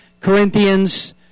Corinthians